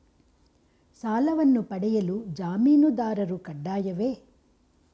ಸಾಲವನ್ನು ಪಡೆಯಲು ಜಾಮೀನುದಾರರು ಕಡ್ಡಾಯವೇ?